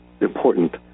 important